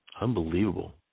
Unbelievable